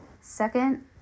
Second